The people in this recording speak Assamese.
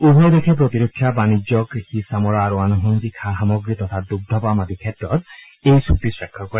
উভয় দেশে প্ৰতিৰক্ষা বাণিজ্য কৃষি চামৰা আৰু আনুসাংগিক সা সামগ্ৰি তথা দুগ্ধ পাম আদি ক্ষেত্ৰত এই চুক্তি স্বাক্ষৰ কৰে